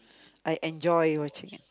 I enjoy watching it